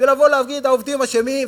זה לבוא להגיד: העובדים אשמים,